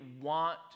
want